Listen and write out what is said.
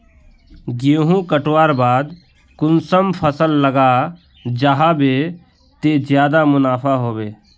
गेंहू कटवार बाद कुंसम फसल लगा जाहा बे ते ज्यादा मुनाफा होबे बे?